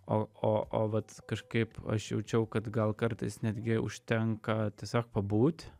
o o o vat kažkaip aš jaučiau kad gal kartais netgi užtenka tiesiog pabūt